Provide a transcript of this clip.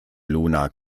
luna